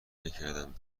نکردم